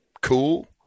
cool